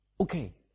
Okay